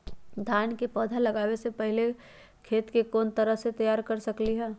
धान के पौधा लगाबे से पहिले खेत के कोन तरह से तैयार कर सकली ह?